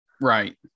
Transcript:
right